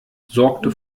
sorgte